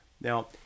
Now